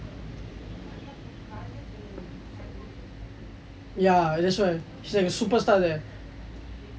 ya that's why he is like a super star there